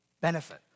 benefit